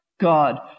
God